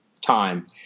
time